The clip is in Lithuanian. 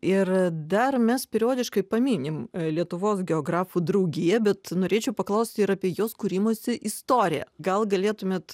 ir dar mes periodiškai paminim lietuvos geografų draugiją bet norėčiau paklausti ir apie jos kūrimosi istoriją gal galėtumėt